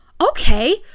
Okay